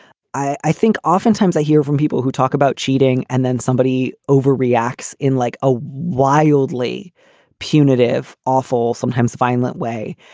i think oftentimes i hear from people who talk about cheating and then somebody overreacts in like a wildly punitive, awful, sometimes violent way.